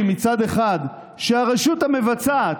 מצד אחד, אתם מבקשים שהרשות המבצעת,